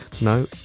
No